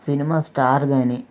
cinema star కానీ